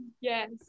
Yes